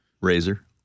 Razor